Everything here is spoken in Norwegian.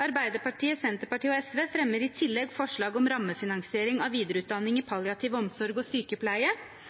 Arbeiderpartiet, Senterpartiet og SV fremmer i tillegg forslag om rammefinansiering av videreutdanning i palliativ omsorg og sykepleie,